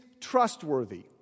trustworthy